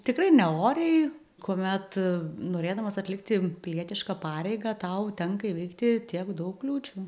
tikrai ne oriai kuomet norėdamas atlikti pilietišką pareigą tau tenka įveikti tiek daug kliūčių